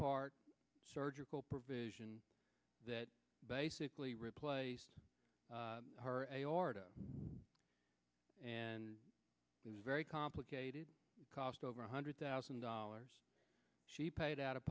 part surgical provision that basically replaced our aorta and it was very complicated cost over one hundred thousand dollars she paid o